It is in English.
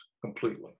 completely